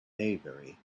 maybury